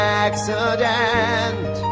accident